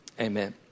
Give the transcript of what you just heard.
amen